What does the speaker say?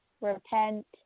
repent